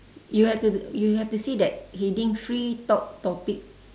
you have to you have to see that heading free talk topic